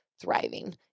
thriving